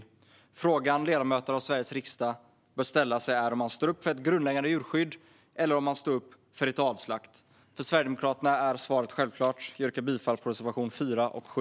Den fråga som ledamöter av Sveriges riksdag bör ställa sig är om man står upp för ett grundläggande djurskydd eller om man står upp för ritualslakt. För Sverigedemokraterna är svaret självklart. Jag yrkar bifall till reservationerna 4 och 7.